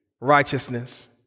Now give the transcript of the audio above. righteousness